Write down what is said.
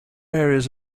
areas